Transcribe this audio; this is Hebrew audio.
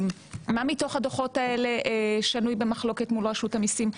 מה מתוך הדו"חות האלה שנוי במחלוקת מול רשות המיסים?